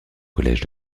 collège